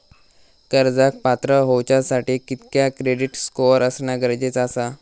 कर्जाक पात्र होवच्यासाठी कितक्या क्रेडिट स्कोअर असणा गरजेचा आसा?